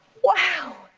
wow,